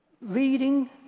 reading